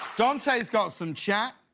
dante's got some chat,